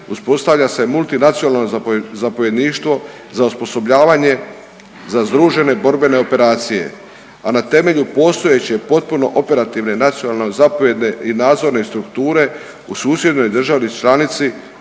uspostavlja se multinacionalno zapovjedništvo za osposobljavanje za združene borbene operacije, a na temelju postojeće potpuno operativne nacionalne, zapovjedne i nadzorne strukture u susjednoj državi članici